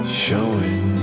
showing